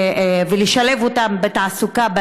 ולשלב אותן בתעסוקה,